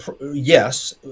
yes